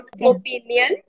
opinion